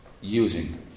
using